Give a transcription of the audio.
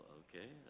okay